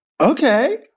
Okay